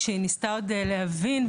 כשניסתה עוד להבין,